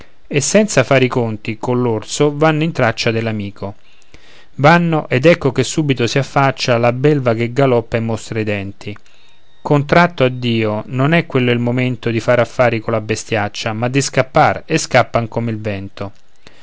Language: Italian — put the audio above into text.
e senza fare i conti coll'orso vanno in traccia dell'amico vanno ed ecco che subito si affaccia la belva che galoppa e mostra i denti contratto addio non è quello il momento di far affari colla bestïaccia ma di scappar e scappan come il vento